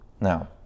now